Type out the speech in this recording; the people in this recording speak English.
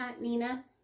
Nina